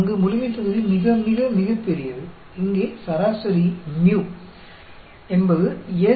तो S आपको μ माध्य देता है सोचने के लिए बहुत तार्किक है